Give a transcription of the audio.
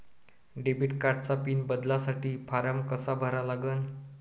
Debit कार्डचा PIN बदलासाठी form कसा भरा लागन?